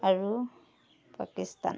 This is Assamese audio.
আৰু পাকিস্তান